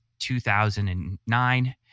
2009